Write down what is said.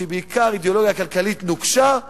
שהיא בעיקר אידיאולוגיה כלכלית נוקשה,